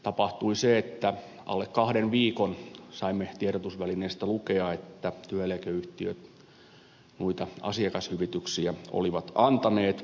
tapahtui se että alle kahden viikon saimme tiedotusvälineistä lukea että työeläkeyhtiöt noita asiakashyvityksiä olivat antaneet